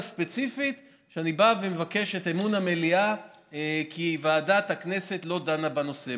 ספציפית שבה אני בא ומבקש את אמון המליאה כי ועדת הכנסת לא דנה בנושא.